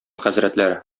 хәзрәтләре